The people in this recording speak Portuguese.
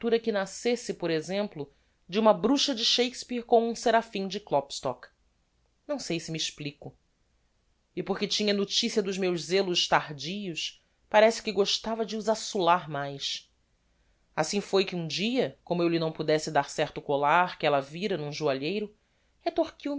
que nascesse por exemplo de uma bruxa de shakespeare com um seraphim de klopstock não sei se me explico e porque tinha noticia dos meus zelos tardios parece que gostava de os açular mais assim foi que um dia como eu lhe não pudesse dar certo collar que ella vira n'um joalheiro